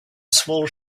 small